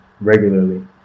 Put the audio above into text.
regularly